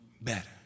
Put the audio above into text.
better